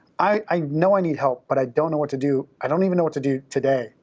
i know i need help, but i don't know what to do. i don't even know what to do today.